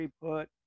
put